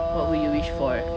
what would you wish for